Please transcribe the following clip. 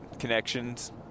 connections